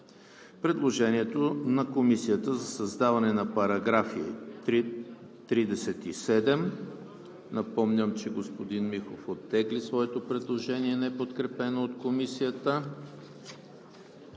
предложението на Комисията за създаване на § 37 – напомням, че господин Михов оттегли своето предложение, неподкрепено от Комисията;